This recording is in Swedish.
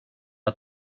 att